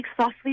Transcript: softly